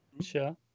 Sure